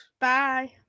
Bye